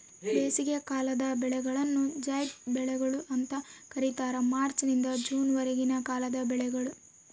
ಬೇಸಿಗೆಕಾಲದ ಬೆಳೆಗಳನ್ನು ಜೈಡ್ ಬೆಳೆಗಳು ಅಂತ ಕರೀತಾರ ಮಾರ್ಚ್ ನಿಂದ ಜೂನ್ ವರೆಗಿನ ಕಾಲದ ಬೆಳೆಗಳು